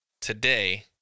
today